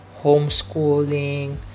homeschooling